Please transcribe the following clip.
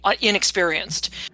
inexperienced